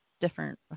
different